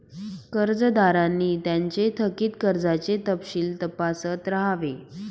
कर्जदारांनी त्यांचे थकित कर्जाचे तपशील तपासत राहावे